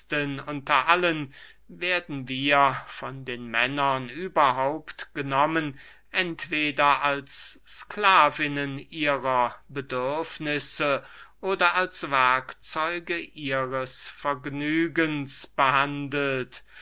unter allen werden wir von den männern überhaupt genommen entweder als sklavinnen ihrer bedürfnisse oder als werkzeuge ihres vergnügens behandelt